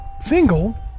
single